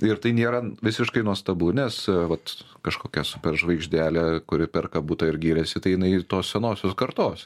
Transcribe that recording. ir tai nėra visiškai nuostabu nes vat kažkokia super žvaigždelė kuri perka butą ir giriasi tai jinai tos senosios kartos